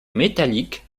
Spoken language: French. métalliques